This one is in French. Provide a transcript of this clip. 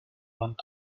vingt